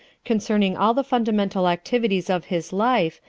concerning all the fundamental activities of his life,